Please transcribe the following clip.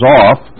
off